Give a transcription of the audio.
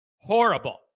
Horrible